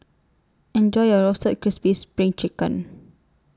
Enjoy your Roasted Crispy SPRING Chicken